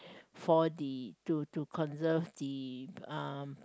for the to to conserve the uh